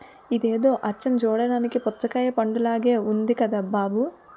ఇదేదో అచ్చం చూడ్డానికి పుచ్చకాయ పండులాగే ఉంది కదా బాబూ